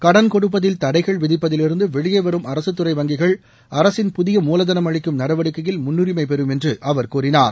கடன் கொடுப்பதில் தடைகள் விதிப்பதிலிருந்து வெளியே வரும் அரசு துறை வங்கிகள் அரசின் புதிய மூலதனம் அளிக்கும் நடவடிக்கையில் முன்னுரிமை பெறும் என்று அவர் கூறினார்